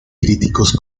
críticos